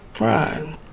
Right